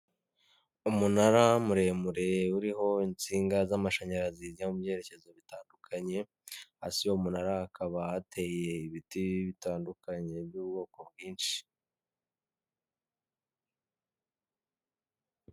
Umunara muremure uriho insinga z'amashanyarazi zijya mu byerekezo bitandukanye, hasi y'uwo munara hakaba hateye ibiti bitandukanye by'ubwoko bwinshi.